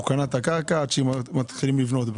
קנה את הקרקע עד שמתחילים לבנות עליה?